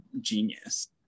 genius